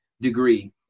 degree